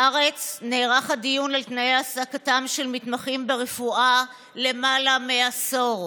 בארץ נערך הדיון על תנאי העסקתם של מתמחים ברפואה למעלה מעשור,